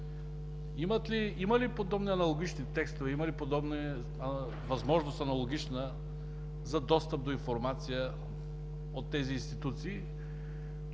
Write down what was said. Има ли подобни аналогични текстове, има ли подобна аналогична възможност за достъп до информация от тези институции?